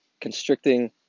constricting